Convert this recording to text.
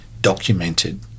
documented